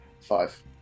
Five